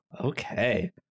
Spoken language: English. Okay